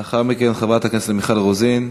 לאחר מכן, חברת הכנסת מיכל רוזין.